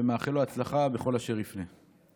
ומאחל לו הצלחה בכל אשר יפנה.